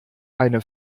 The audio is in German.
eine